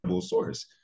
source